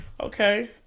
Okay